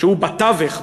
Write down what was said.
שהוא בתווך,